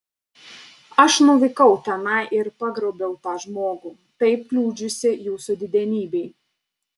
aš nuvykau tenai ir pagrobiau tą žmogų taip kliudžiusį jūsų didenybei